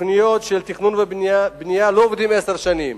תוכניות של תכנון ובנייה, לא עובדים עשר שנים,